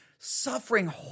suffering